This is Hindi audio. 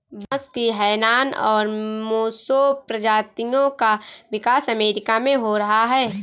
बांस की हैनान और मोसो प्रजातियों का विकास अमेरिका में हो रहा है